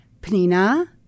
Penina